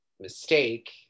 mistake